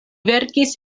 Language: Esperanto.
verkis